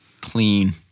clean